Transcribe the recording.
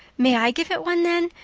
may i give it one then?